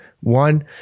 one